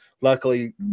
luckily